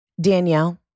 Danielle